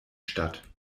stadt